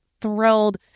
thrilled